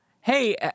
hey